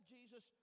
Jesus